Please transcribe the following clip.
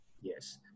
Yes